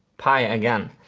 pi again.